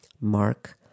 mark